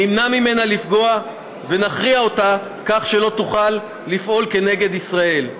נמנע ממנה לפגוע ונכריע אותה כך שלא תוכל לפעול כנגד ישראל.